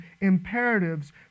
imperatives